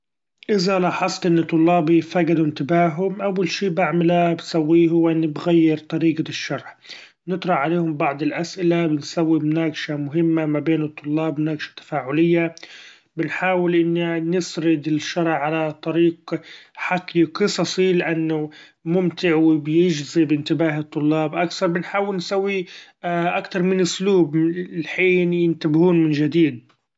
إذا لاحظت أن طلابي فقدوا إنتباههم ،أول شي بعمله بسويه هو إني بغير طريقة الشرح نقرأ عليهم بعض الاسئلة ، بنسوي مناقشة مهمة مابين الطلاب مناقشة تفاعلية بنحأول إنا نسرد الشرح على طريقة حكي قصصي; لإنه ممتع وبيچذب إنتباه الطلاب اكثر بنحأول نسوي اكتر من اسلوب للحين ينتبهون من چديد.